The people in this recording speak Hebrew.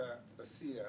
מהותי,